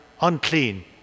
unclean